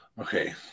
Okay